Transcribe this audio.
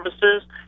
services